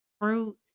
fruit